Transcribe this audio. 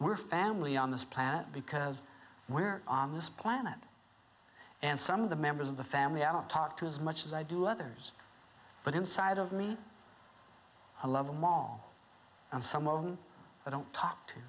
we're family on this planet because we're on this planet and some of the members of the family i don't talk to as much as i do others but inside of me a loving mom and someone i don't talk to